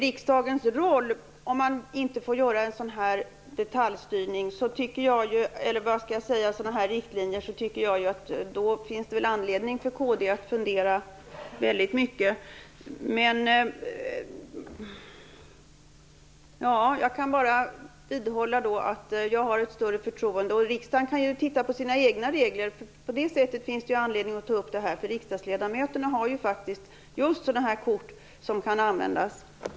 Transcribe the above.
Herr talman! Mats Odell har svårt att hitta riksdagens roll om man inte får genomföra sådana här riktlinjer. Då tycker jag att det finns anledning för kd att fundera väldigt mycket. Jag kan bara vidhålla att jag har större förtroende. Riksdagen kan ju titta närmare på sina egna regler. På det sättet finns det anledning att ta upp detta. Riksdagsledamöterna har faktiskt sådana kort som kan användas just på detta sätt.